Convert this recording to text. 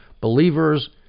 believers